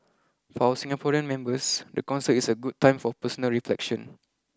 for our Singaporean members the concert is a good time for personal reflection